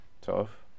tough